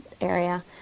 area